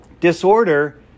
Disorder